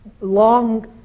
long